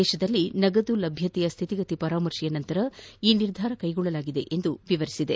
ದೇತದಲ್ಲಿ ನಗದು ಲಭ್ಯತೆಯ ಸ್ಥಿತಿಗತಿ ಪರಾಮರ್ಶೆಯ ನಂತರ ಈ ನಿರ್ಧಾರವನ್ನು ಕೈಗೊಳ್ಳಲಾಗಿದೆ ಎಂದು ವಿವರಿಸಿದೆ